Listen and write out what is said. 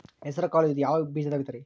ಹೆಸರುಕಾಳು ಇದು ಯಾವ ಬೇಜದ ವಿಧರಿ?